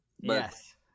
Yes